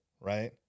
right